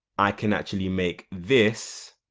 i can actually make this